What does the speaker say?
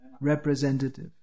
representative